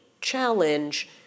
challenge